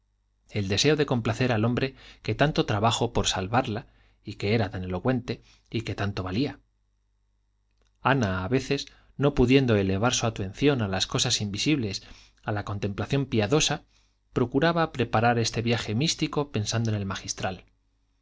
el deseo de complacer al hombre que tanto trabajaba por salvarla y que era tan elocuente y que tanto valía ana a veces no pudiendo elevar su atención a las cosas invisibles a la contemplación piadosa procuraba preparar este viaje místico pensando en el magistral